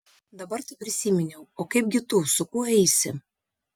dabar tai prisiminiau o kaipgi tu su kuo eisi